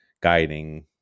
guiding